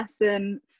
lesson